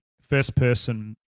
first-person